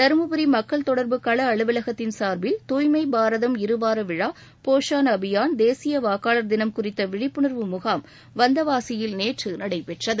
தரும்புரி மக்கள் தொடர்பு கள அலுவலகத்தின் சார்பில் தூய்மை பாரதம் இருவார விழா போஷான் அபியான் தேசிய வாக்காளா் தினம் குறித்த விழிப்புணா்வு முகாம் வந்தவாசியில் நேற்று நடைபெற்றது